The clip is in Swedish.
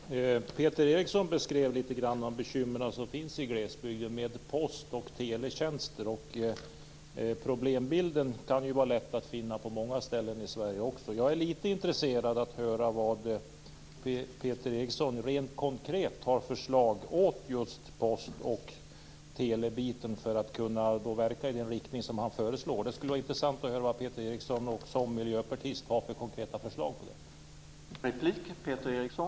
Herr talman! Peter Eriksson beskrev litet grand de bekymmer som finns i glesbygden med post och teletjänster. Denna problembild kan vara lätt att finna också på andra ställen i Sverige. Jag är intresserad av vad Peter Eriksson rent konkret har för förslag på just post och teleområdet för att man skall kunna verka i den riktning som han föreslår. Det vore intressant att höra vad Peter Eriksson som miljöpartist har för konkreta förslag på den punkten.